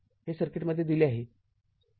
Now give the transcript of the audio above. हे सर्किटमध्ये दिले आहे